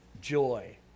joy